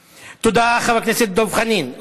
תודה, חבר הכנסת דב חנין.